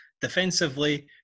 defensively